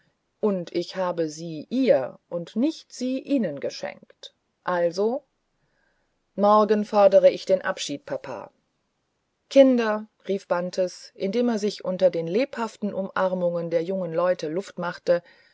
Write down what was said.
und ich habe sie ihr aber nicht sie ihnen geschenkt also morgen fordere ich den abschied papa kinder rief bantes indem er sich unter den lebhaften umarmungen der jungen leute luft machte